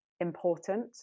important